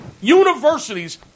universities